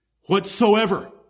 Whatsoever